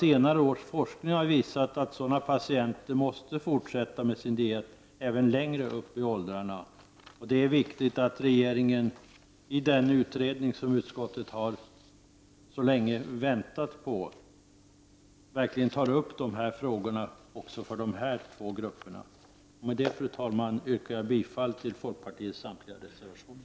Senare års forskning har visat att sådana patienter måste fortsätta med sin diet även längre upp i åldrarna. Det är angeläget att den utredning om fria läkemedel som vi så länge väntat på tar upp även denna för dess två grupper så viktiga fråga. Med detta, fru talman, vill jag yrka bifall till folkpartiets samtliga reservationer.